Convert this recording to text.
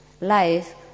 life